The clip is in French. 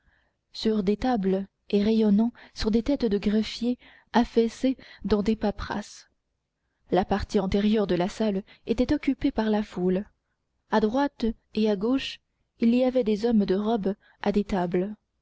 sur des tables et rayonnant sur des têtes de greffiers affaissés dans des paperasses la partie antérieure de la salle était occupée par la foule à droite et à gauche il y avait des hommes de robe à des tables